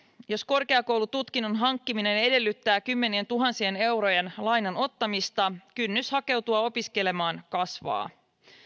jos korkeakoulututkinnon hankkiminen edellyttää kymmenientuhansien eurojen lainan ottamista kynnys hakeutua opiskelemaan kasvaa